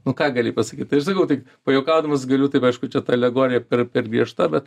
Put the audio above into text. nu ką gali pasakyt aš sakau tai pajuokaudamas galiu taip aišku čia ta alegorija per per griežta bet